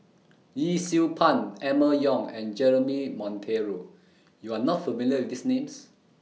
Yee Siew Pun Emma Yong and Jeremy Monteiro YOU Are not familiar with These Names